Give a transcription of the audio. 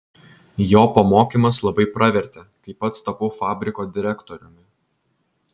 jo pamokymas labai pravertė kai pats tapau fabriko direktoriumi